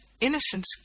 innocence